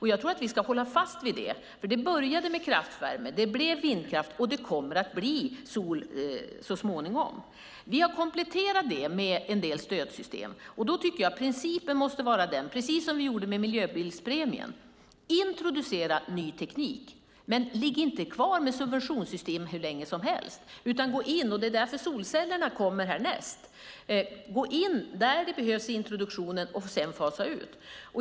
Jag tror att vi ska hålla fast vid det. Det började nämligen med kraftvärme, det blev vindkraft och det kommer att bli sol så småningom. Vi har kompletterat detta med en del stödsystem, och då tycker jag att principen måste vara att - precis som vi gjorde med miljöbilspremien - introducera ny teknik men inte ligga kvar med subventionssystem hur länge som helst. Det är därför solcellerna kommer härnäst. Gå in där det behövs i introduktionen och fasa sedan ut!